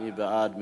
מי בעד?